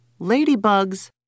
ladybugs